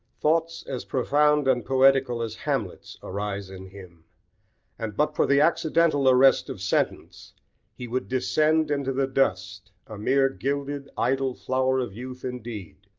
thoughts as profound and poetical as hamlet's arise in him and but for the accidental arrest of sentence he would descend into the dust, a mere gilded, idle flower of youth indeed,